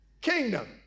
kingdom